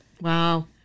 Wow